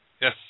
Yes